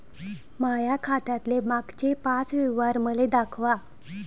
माया खात्यातले मागचे पाच व्यवहार मले दाखवा